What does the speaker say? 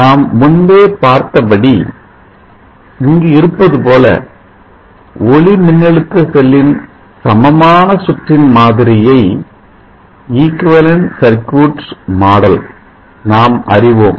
நாம் முன்பே பார்த்தபடி இங்கு இருப்பது போல ஒளிமின்னழுத்த செல்லின் சமமான சுற்றின் மாதிரியை நாம் அறிவோம்